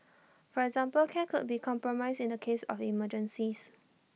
for example care could be compromised in the case of emergencies